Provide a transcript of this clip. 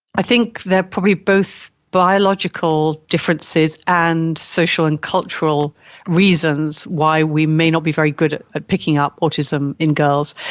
i think there are probably both biological differences and social and cultural reasons why we may not be very good at picking up autism in girls.